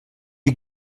you